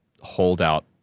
holdout